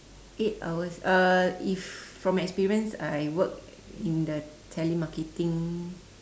eight hours uh if from experience I work in the telemarketing